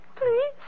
Please